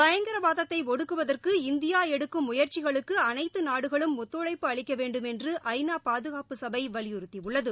பயங்கரவாதத்தை ஒடுக்குவதற்கு இந்தியா எடுக்கும் முயற்சிகளுக்கு அனைத்து நாடுகளும் ஒத்துழைப்பு அளிக்க வேண்டும் என்று ஐநா பாதுகாப்பு சபை வலியுறுத்தியுள்ளது